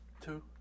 two